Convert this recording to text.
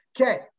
okay